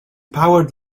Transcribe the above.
powered